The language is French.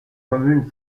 communes